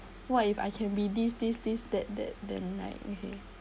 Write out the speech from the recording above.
what if I can be this this this that that then like okay